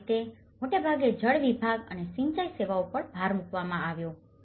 આ રીતે મોટે ભાગે જળ વિભાગ અને સિંચાઈ સેવાઓ પર પણ ભાર મૂકવામાં આવ્યો છે